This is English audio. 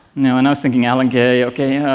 know, and i was thinking, alan kay, ok,